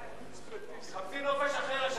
חבר הכנסת דנון.